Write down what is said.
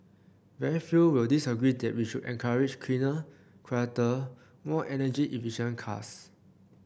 very few will disagree that we should encourage cleaner quieter more energy efficient cars